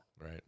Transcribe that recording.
Right